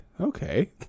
okay